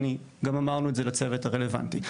גם אמרנו את זה לצוות הרלוונטי.